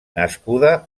nascuda